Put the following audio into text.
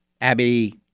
Abby